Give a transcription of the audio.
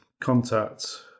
contact